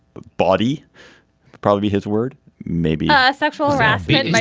body probably his word maybe a sexual athlete. and like